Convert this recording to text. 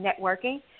Networking